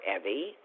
Evie